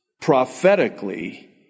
prophetically